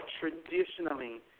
traditionally